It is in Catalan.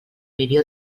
milió